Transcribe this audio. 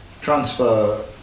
transfer